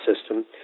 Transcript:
system